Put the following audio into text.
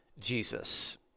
Jesus